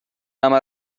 همه